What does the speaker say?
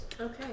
Okay